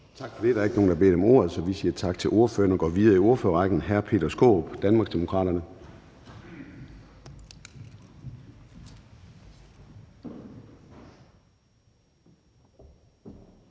Tak for det. Der er ikke nogen, der har bedt om ordet, så vi siger tak til ordføreren og går videre i ordførerrækken. Hr. Peter Skaarup, Danmarksdemokraterne.